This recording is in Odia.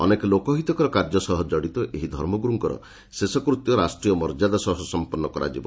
ଅନେକ ଲୋକହିତକର କାର୍ଯ୍ୟ ସହ ଜଡ଼ିତ ଏହି ଧର୍ମଗୁରୁଙ୍କର ଶେଷକୃତ୍ୟ ରାଷ୍ଟ୍ରୀୟ ମର୍ଯ୍ୟାଦା ସହ ସଂପନ୍ନ କରାଯିବ